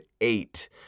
eight